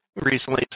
recently